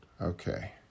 Okay